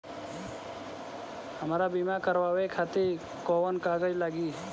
हमरा बीमा करावे खातिर कोवन कागज लागी?